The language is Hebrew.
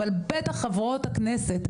אבל בטח חברות הכנסת,